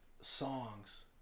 songs